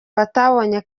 batabonye